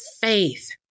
faith